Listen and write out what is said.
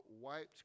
wiped